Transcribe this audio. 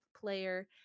player